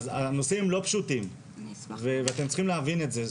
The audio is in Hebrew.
הנושאים הם לא פשוטים, ואתם צריכים להבין את זה.